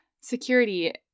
Security